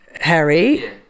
Harry